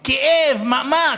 כאב, מאמץ,